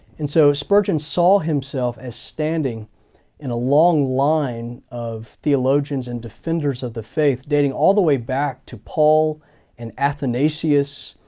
and so spurgeon saw himself as standing in a long line of theologians and defenders of the faith, dating all the way back to paul and athanasius,